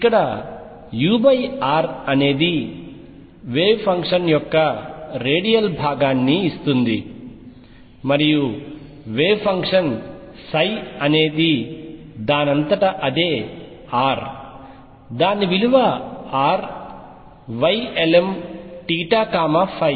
ఇక్కడ ur అనేది wave function యొక్క రేడియల్ భాగాన్ని ఇస్తుంది మరియు వేవ్ ఫంక్షన్ అనేది దానంతట అదే R దాని విలువ r Ylmθϕ